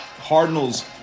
Cardinals